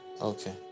okay